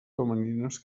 femenines